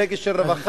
רגע של רווחה,